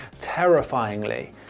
terrifyingly